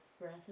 breath